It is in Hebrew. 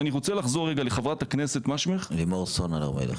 ואני רוצה לחזור רגע לחברת הכנסת לימור סון הר מלך,